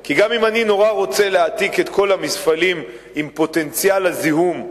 כי גם אם אני נורא רוצה להעתיק את כל המפעלים עם פוטנציאל הזיהום,